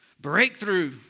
Breakthrough